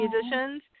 musicians